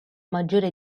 maggiore